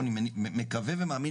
נכון.